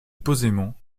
posément